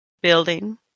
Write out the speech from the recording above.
building